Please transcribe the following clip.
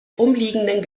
umliegenden